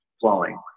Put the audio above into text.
flowing